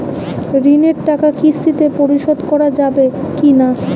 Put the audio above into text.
ঋণের টাকা কিস্তিতে পরিশোধ করা যাবে কি না?